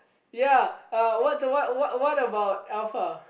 ya uh what what's what's what's about Alpha